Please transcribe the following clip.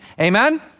Amen